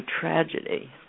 tragedy